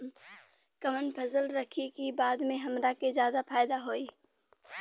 कवन फसल रखी कि बाद में हमरा के ज्यादा फायदा होयी?